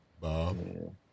Bob